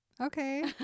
Okay